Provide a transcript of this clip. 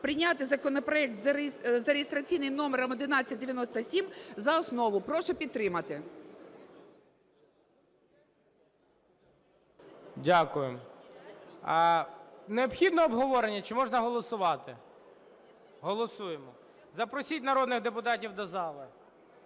прийняти законопроект за реєстраційним номером 1197 за основу. Прошу підтримати. ГОЛОВУЮЧИЙ. Дякую. Необхідне обговорення чи можна голосувати? Голосуємо. Запросіть народних депутатів до зали.